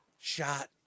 shot